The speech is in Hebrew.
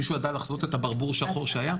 מישהו ידע לחזות את הברבור השחור שהיה?